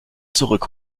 zurück